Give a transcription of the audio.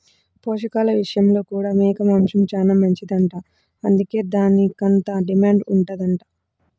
పోషకాల విషయంలో కూడా మేక మాంసం చానా మంచిదంట, అందుకే దానికంత డిమాండ్ ఉందంట